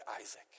Isaac